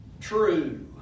true